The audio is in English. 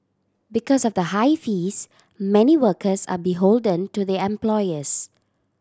because of the high fees many workers are beholden to their employers